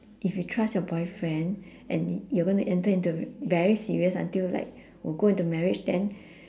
if you trust your boyfriend and y~ you're going to enter into very serious until like will go into marriage then